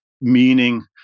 meaning